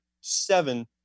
seven